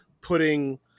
putting